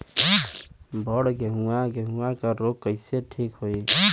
बड गेहूँवा गेहूँवा क रोग कईसे ठीक होई?